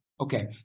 Okay